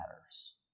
matters